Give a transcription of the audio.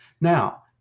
Now